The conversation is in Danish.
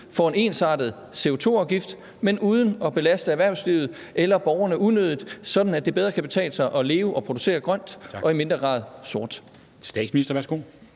får en ensartet CO2-afgift og ikke belaster erhvervslivet eller borgerne unødigt, sådan at det bedre kan betale sig at leve og producere grønt og i mindre grad sort.